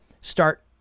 start